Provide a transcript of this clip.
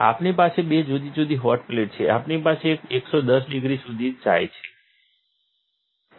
આપણી પાસે બે જુદી જુદી હોટ પ્લેટ છે આપણી પાસે એક 110 ડિગ્રી સુધી જાય તેવી છે